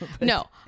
No